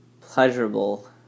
pleasurable